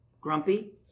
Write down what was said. grumpy